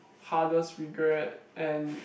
hardest regret and